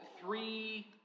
three